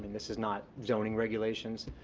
this is not zoning regulations.